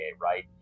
right